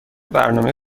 برنامه